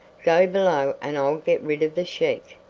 go below and i'll get rid of the sheik.